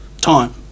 time